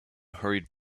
hurried